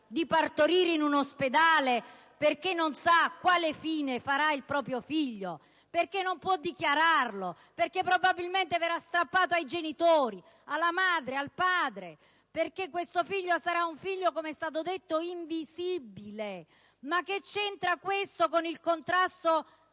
di partorire in un ospedale perché non sa quale fine farà il proprio figlio, perché non può dichiararlo, perché probabilmente verrà strappato ai genitori, alla madre e al padre, perché suo figlio sarà - come è stato detto - un figlio invisibile? Che c'entra questo con il contrasto